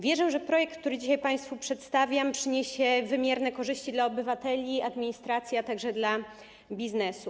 Wierzę, że projekt, który dzisiaj państwu przedstawiam, przyniesie wymierne korzyści dla obywateli, administracji, a także dla biznesu.